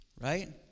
right